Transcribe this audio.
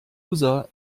user